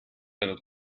einen